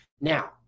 Now